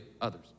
others